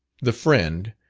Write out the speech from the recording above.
the friend,